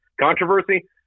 controversy